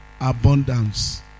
abundance